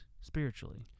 spiritually